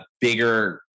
bigger